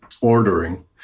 ordering